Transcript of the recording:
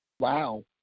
Wow